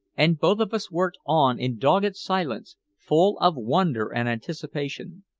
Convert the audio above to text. and both of us worked on in dogged silence full of wonder and anticipation.